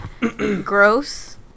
gross